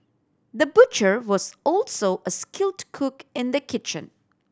the butcher was also a skilled cook in the kitchen